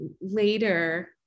later